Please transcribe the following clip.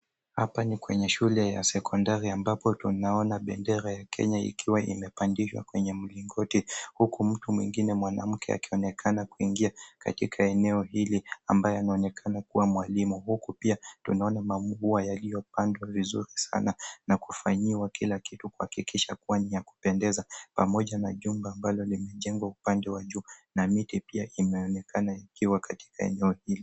Hapa ni kwenye shule ya sekondari ambapo tunaona bendera ya Kenya ikiwa imepandishwa kwenye mlingoti huku mtu mwingine mwanamke akionekana kuingia katika eneo hili amabaye anaonekana kuwa mwalimu huku pia tunaona maua yaliyopandwa vizuri sana na kufanyiwa kila kitu kuhakikisha kuwa ni ya kupendeza pamoja na jumba ambalo limejengwa upande wa juu na miti pia inaonekana ikiwa katika eneo hili.